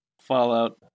Fallout